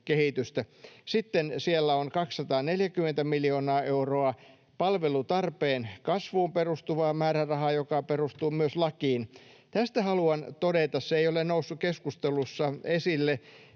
Sitten siellä on 240 miljoonaa euroa palvelutarpeen kasvuun perustuvaa määrärahaa, joka perustuu myös lakiin. Tästä haluan todeta — se ei ole noussut keskustelussa esille